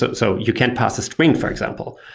so so, you can't parse a string for example.